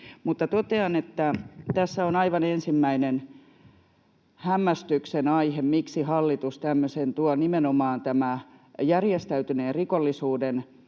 totean, että tässä on aivan ensimmäinen hämmästyksen aihe, että miksi hallitus tämmöisen tuo, nimenomaan tämä järjestäytyneen rikollisuuden